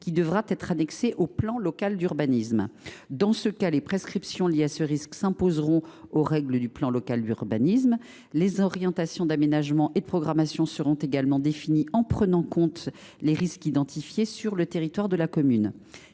qui devra être annexée au plan local d’urbanisme. Dans ce cas, les prescriptions liées à ce risque s’imposeront aux règles du plan local d’urbanisme. Les orientations d’aménagement et de programmation seront également définies en tenant compte des risques identifiés sur le territoire de la commune.